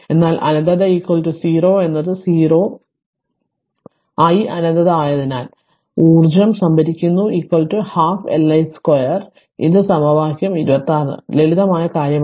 എന്നാൽ അനന്തത 0 എന്നത് 0 i അനന്തത ആയതിനാൽ അതിനാൽ ഊർജ്ജം സംഭരിക്കുന്നു പകുതി Li 2 ഇത് സമവാക്യം 26 ലളിതമായ കാര്യമാണ്